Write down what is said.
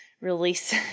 release